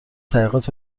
تحقیقات